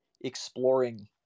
exploring